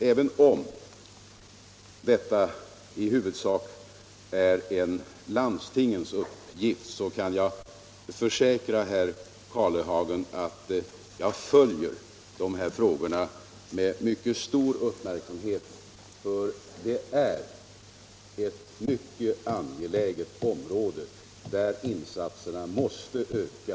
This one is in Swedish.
Även om detta i huvudsak är en landstingens uppgift kan jag försäkra herr Karlehagen att jag följer de här frågorna med mycket stor uppmärksamhet, för det är ett mycket angeläget område där insatserna måste öka.